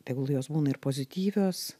tegul jos būna ir pozityvios